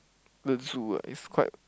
the zoo ah is quite